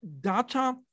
data